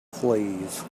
fleas